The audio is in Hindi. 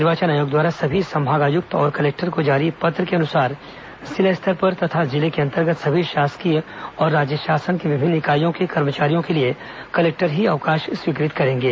निर्वाचन आयोग द्वारा सभी संभाग आयुक्त और कलेक्टर को जारी पत्र के अनुसार जिला स्तर पर तथा जिले के अंतर्गत सभी शासकीय और राज्य शासन की विभिन्न इकाईयों के कर्मचारियों के लिए कलेक्टर ही अवकाश स्वीकृत करेंगे